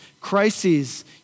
crises